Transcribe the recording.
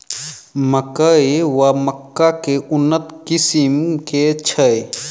मकई वा मक्का केँ उन्नत किसिम केँ छैय?